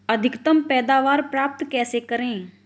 अधिकतम पैदावार प्राप्त कैसे करें?